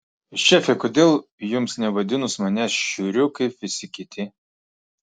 šefe kodėl jums nevadinus manęs šiuriu kaip visi kiti